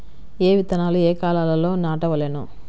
ఏ విత్తనాలు ఏ కాలాలలో నాటవలెను?